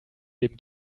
dem